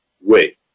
wait